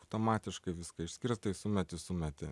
automatiškai viską išskirstai sumesti sumeti